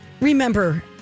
remember